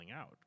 out